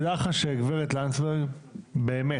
תדע לך, שגברת לנדסברג באמת,